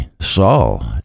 Saul